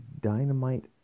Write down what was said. Dynamite